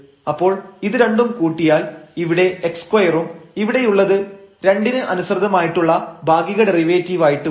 അപ്പോൾ ഇത് രണ്ടും കൂട്ടിയാൽ ഇവിടെ x2 ഉം ഇവിടെയുള്ളത് 2 ന് അനുസൃതമായിട്ടുള്ള ഭാഗിക ഡെറിവേറ്റീവായിട്ട് മാറും